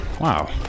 Wow